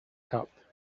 cup